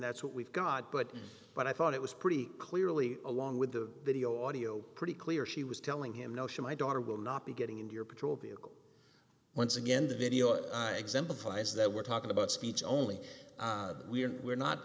we've got but but i thought it was pretty clearly along with the video audio pretty clear she was telling him no she my daughter will not be getting in your patrol vehicle once again the video exemplifies that we're talking about speech only we're we're not